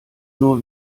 nur